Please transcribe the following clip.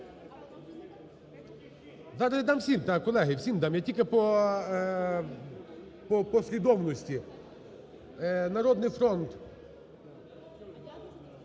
дам всім, колеги, всім дам, я тільки по послідовності. "Народний фронт"…